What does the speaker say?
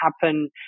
happen